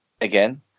again